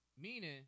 Meaning